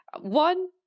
one